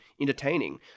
entertaining